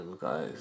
guys